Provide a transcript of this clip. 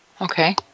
Okay